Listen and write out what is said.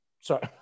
Sorry